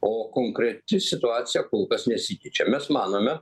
o konkreti situacija kol kas nesikeičia mes manome